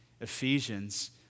Ephesians